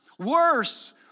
Worse